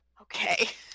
okay